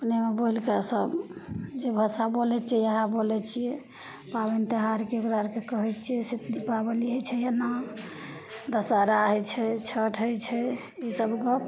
अपनेमे बोलिके सब जे भाषा बोलय छियै इएह बोलय छियै पाबनि तिहार ककरा अरके कहय छियै से दीपावली होइ छै नाम दशहरा होइ छै छठ होइ छै ईसब गप